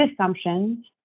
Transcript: assumptions